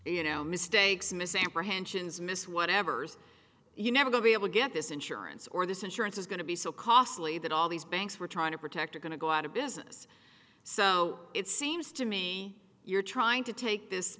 you know mistakes misapprehensions mis whatevers you never go be able to get this insurance or this insurance is going to be so costly that all these banks we're trying to protect are going to go out of business so it seems to me you're trying to take this